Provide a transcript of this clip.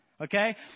okay